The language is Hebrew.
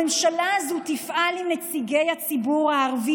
הממשלה הזאת תפעל עם נציגי הציבור הערבי